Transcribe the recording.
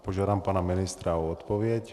Požádám pana ministra o odpověď.